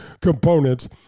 components